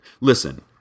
Listen